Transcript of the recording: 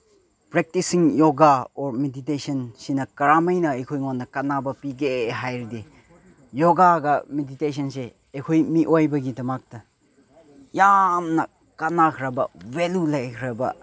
ꯄ꯭ꯔꯦꯛꯇꯤꯁꯤꯡ yoga or ꯃꯦꯗꯤꯇꯦꯁꯟꯁꯤꯅ ꯀꯔꯝꯃꯥꯏꯅ ꯑꯩꯉꯣꯟꯗ ꯀꯥꯟꯅꯕ ꯄꯤꯒꯦ ꯍꯥꯏꯔꯗꯤ ꯌꯣꯒꯥꯒ ꯃꯦꯗꯤꯇꯦꯁꯟꯁꯦ ꯑꯩꯈꯣꯏ ꯃꯤꯑꯣꯏꯕꯒꯤꯗꯃꯛꯇ ꯌꯥꯝꯅ ꯀꯥꯟꯅꯈ꯭ꯔꯕ ꯚꯦꯂꯨ ꯂꯩꯈ꯭ꯔꯕ